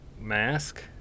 mask